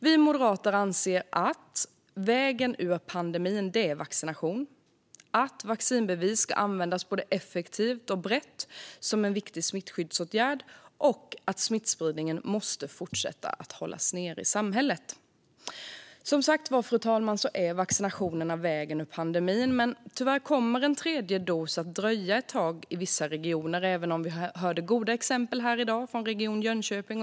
Vi moderater anser att vägen ut ur pandemin är vaccinering, att vaccinbevis ska användas effektivt och brett som en viktig smittskyddsåtgärd samt att smittspridningen måste fortsätta hållas nere i samhället. Vaccinationerna är som sagt vägen ut ur pandemin, fru talman. Men tyvärr kommer en tredje dos att dröja ett tag i vissa regioner, även om vi i dag har hört goda exempel från Region Jönköping.